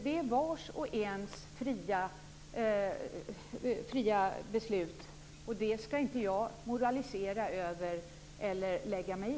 Det är vars och ens fria beslut, och det skall inte jag moralisera över eller lägga mig i.